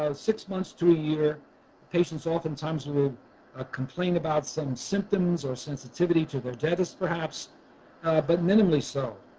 and six months to a year patients often times will ah complain about some symptoms or sensitivity to the dentist perhaps but minimally so.